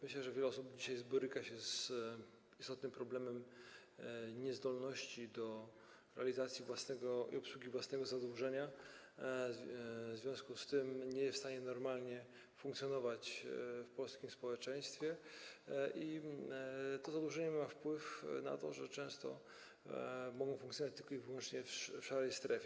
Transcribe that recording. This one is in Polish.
Myślę, że wiele osób dzisiaj boryka się z istotnym problemem niezdolności do realizacji obsługi własnego zadłużenia, w związku z tym nie jest w stanie normalnie funkcjonować w polskim społeczeństwie, i to zadłużenie ma wpływ na to, że często mogą one funkcjonować tylko i wyłącznie w szarej strefie.